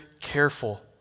careful